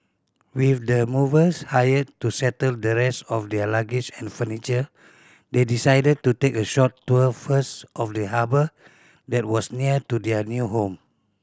with the movers hired to settle the rest of their luggage and furniture they decided to take a short tour first of the harbour that was near to their new home